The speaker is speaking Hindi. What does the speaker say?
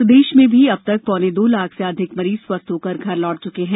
प्रदेश में भी अब तक पौने दो लाख से अधिक मरीज स्वस्थ होकर घर लौट चुके हैं